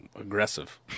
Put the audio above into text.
Aggressive